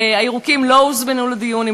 הירוקים לא הוזמנו לדיון,